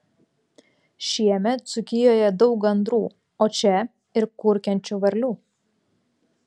šiemet dzūkijoje daug gandrų o čia ir kurkiančių varlių